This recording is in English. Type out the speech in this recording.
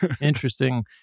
Interesting